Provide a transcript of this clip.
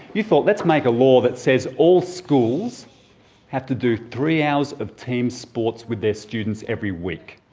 you thought let's make a law that says all schools have to do three hours of team sports with their students every week.